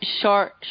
short